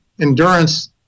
endurance